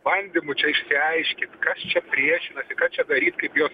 bandymu čia išsiaiškint kas čia priešinasi ką čia daryt kaip juos